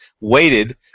waited